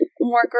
more